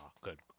good